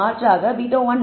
0 ஆகும்